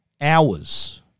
hours